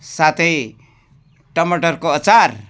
साथै टमाटरको अचार